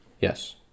Yes